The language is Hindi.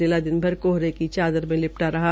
जिला दिन भर कोहरे की चादर मे लिपटा रहा